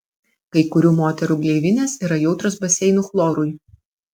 kai kurių moterų gleivinės yra jautrios baseinų chlorui